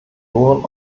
toren